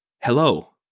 Hello